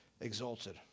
exalted